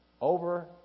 over